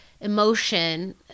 emotion